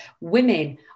women